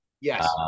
yes